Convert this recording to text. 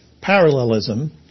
parallelism